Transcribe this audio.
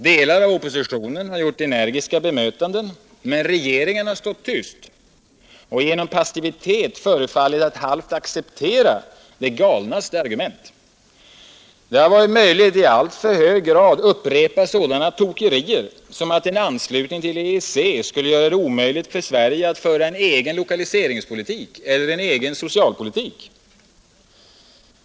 Delar av oppositionen har gjort energiska bemötanden, men regeringen har stått tyst och genom passivitet förefallit att halvt acceptera de galnaste argument. Det har varit möjligt i alltför hög grad att upprepa sådana tokerier som att en anslutning till EEC skulle göra det omöjligt för Sverige att föra en egen lokaliseringspolitik eller en egen socialpolitik.